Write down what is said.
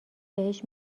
بهش